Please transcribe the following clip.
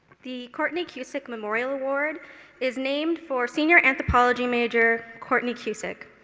the courtney cusick memorial award is named for senior anthropology major courtney cusick.